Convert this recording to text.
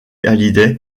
hallyday